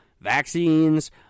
vaccines